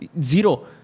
Zero